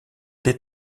des